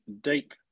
deep